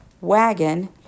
wagon